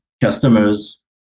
customers